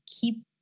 keep